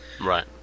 Right